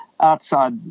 outside